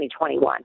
2021